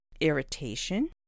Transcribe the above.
irritation